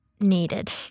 needed